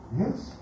yes